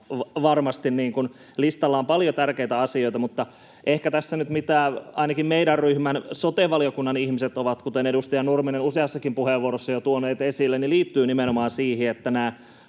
varmasti listalla on paljon tärkeitä asioita. Mitä ainakin meidän ryhmän sote-valiokunnan ihmiset, kuten edustaja Nurminen, ovat useassakin puheenvuorossa jo tuoneet esille, liittyy nimenomaan siihen, että nämä